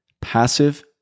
passive